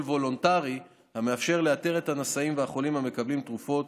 וולונטרי המאפשר לאתר את הנשאים ואת החולים המקבלים תרופות